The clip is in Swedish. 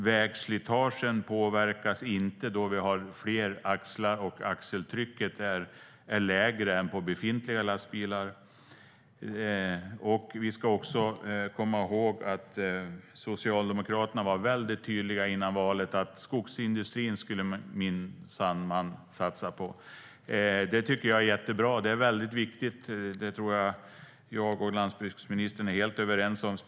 Vägslitaget påverkas inte då vi har fler axlar, och axeltrycket är lägre än på befintliga lastbilar. Vi ska också komma ihåg att Socialdemokraterna var tydliga före valet med att man minsann skulle satsa på skogsindustrin. Det tycker jag är jättebra och väldigt viktigt. Jag tror att jag och landsbygdsministern är helt överens om detta.